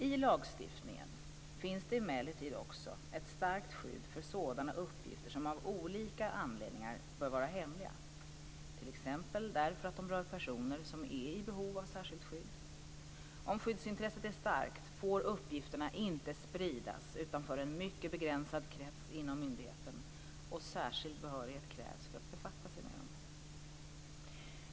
I lagstiftningen finns det emellertid också ett starkt skydd för sådana uppgifter som av olika anledningar bör vara hemliga, t.ex. därför att de rör personer som är i behov av särskilt skydd. Om skyddsintresset är starkt får uppgifterna inte spridas utanför en mycket begränsad krets inom myndigheten, och särskild behörighet krävs för att befatta sig med dem.